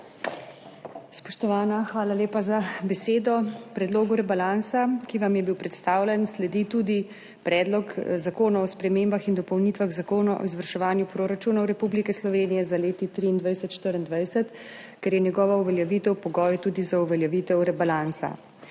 Spoštovana, hvala lepa za besedo. Predlogu rebalansa, ki vam je bil predstavljen, sledi tudi Predlog zakona o spremembah in dopolnitvah Zakona o izvrševanju proračunov Republike Slovenije za leti 2023 in 2024, ker je njegova uveljavitev pogoj tudi za uveljavitev rebalansa.